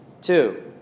Two